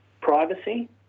privacy